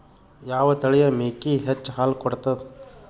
ಯಾವ ತಳಿಯ ಮೇಕಿ ಹೆಚ್ಚ ಹಾಲು ಕೊಡತದ?